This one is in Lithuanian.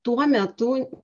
tuo metu